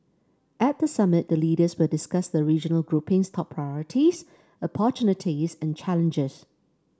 at the summit the leaders will discuss the regional grouping's top priorities opportunities and challenges